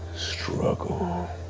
struggle.